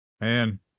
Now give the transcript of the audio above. man